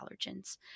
allergens